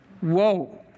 Whoa